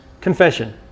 confession